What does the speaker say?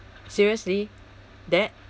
seriously that